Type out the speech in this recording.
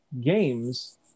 games